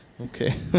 Okay